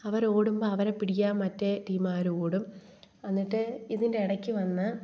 അവർ ഓടുമ്പം അവരെ പിടിക്കാൻ മറ്റേ ടീമ്മാർ ഓടും എന്നിട്ട് ഇതിൻ്റെ ഇടയ്ക്ക് വന്ന്